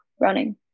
running